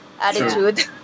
Attitude